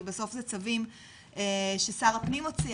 כי בסוף זה צווים ששר הפנים מוציא,